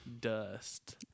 dust